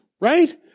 Right